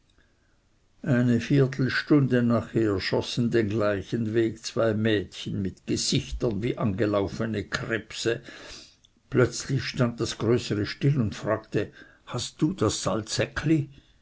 eine viertelstunde nachher schossen den gleichen weg zwei mädchen mit gesichtern wie angelaufene krebse plötzlich stand das größere still und fragte hast du das